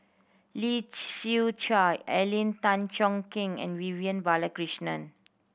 Lee Siew Choh Alvin Tan Cheong Kheng and Vivian Balakrishnan